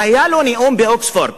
היה לו נאום באוקספורד,